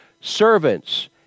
Servants